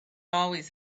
always